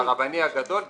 על הרבני הגדול דיברתי.